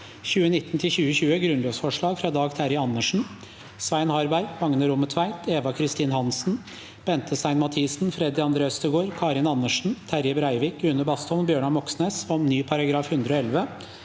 om Grunnlovsforslag fra Dag Terje Andersen, Svein Harberg, Magne Rommetveit, Eva Kristin Hansen, Bente Stein Mathisen, Freddy André Øvstegård, Karin Andersen, Terje Breivik, Une Bastholm og Bjørnar Moxnes om ny § 111